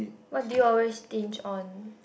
what do you always stinge on